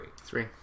Three